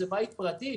זה בית פרטי,